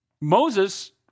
Moses